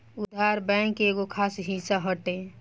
उधार, बैंक के एगो खास हिस्सा हटे